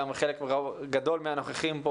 גם חלק גדול מהנוכחים פה,